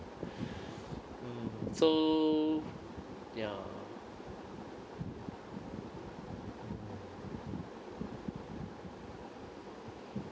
mm so ya